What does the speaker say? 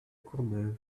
courneuve